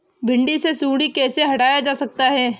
भिंडी से सुंडी कैसे हटाया जा सकता है?